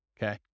Okay